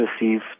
received